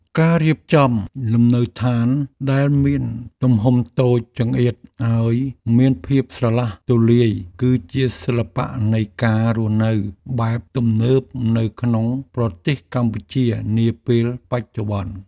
ការរៀបចំលំនៅឋានដែលមានទំហំតូចចង្អៀតឱ្យមានភាពស្រឡះទូលាយគឺជាសិល្បៈនៃការរស់នៅបែបទំនើបនៅក្នុងប្រទេសកម្ពុជានាពេលបច្ចុប្បន្ន។